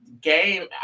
game